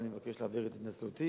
ואני מבקש להעביר את התנצלותי.